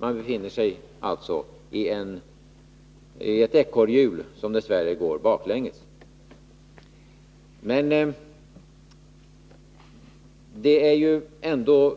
Man befinner sig alltså i ett ekorrhjul som dess värre går baklänges. Det ligger ändå